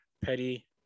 Petty